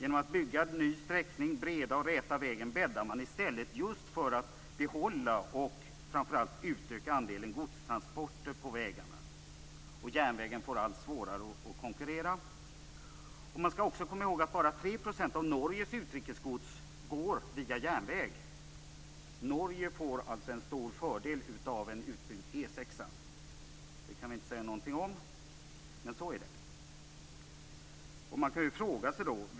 Genom att bygga en ny sträckning, bredda och räta vägen, bäddar man i stället just för att behålla och utöka andelen godstransporter på vägarna. Järnvägen får allt svårare att konkurrera. Man skall komma ihåg att bara 3 % av Norges utrikesgods går via järnväg. Norge får en stor fördel av en utbyggd E 6. Det kan vi inte säga någonting om. Men så är det.